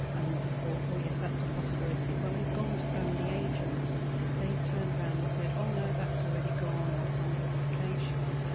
and we've thought oh yes that's a possibility, when we've gone to phone the agent they've turned round and said oh no, that's already gone or it's under application.